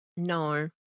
No